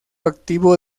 activo